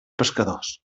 pescadors